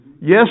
Yes